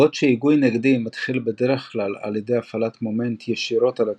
בעוד שהיגוי נגדי מתחיל בדרך כלל על ידי הפעלת מומנט ישירות על הכידון,